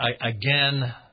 again